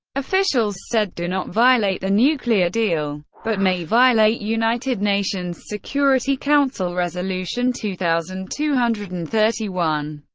officials said do not violate the nuclear deal, but may violate united nations security council resolution two thousand two hundred and thirty one.